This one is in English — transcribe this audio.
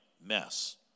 mess